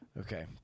okay